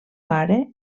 pare